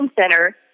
Center